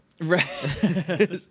Right